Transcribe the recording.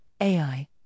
AI